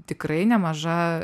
tikrai nemaža